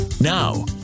Now